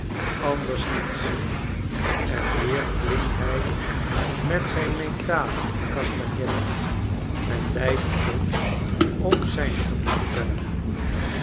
anders niets en weer klinkt hij met zijn metalen castagnette en leidt ons op zijn gemak verder